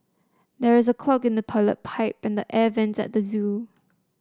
there is a clog in the toilet pipe and the air vents at the zoo